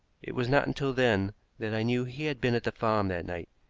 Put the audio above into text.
it was not until then that i knew he had been at the farm that night.